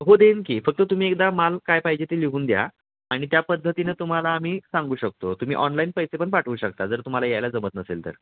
हो देईन की फक्त तुम्ही एकदा माल काय पाहिजे ते लिहून द्या आणि त्या पद्धतीनं तुम्हाला आम्ही सांगू शकतो तुम्ही ऑनलाईन पैसे पण पाठवू शकता जर तुम्हाला यायला जमत नसेल तर